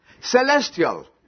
Celestial